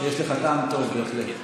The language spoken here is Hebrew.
יש לך טעם טוב, בהחלט.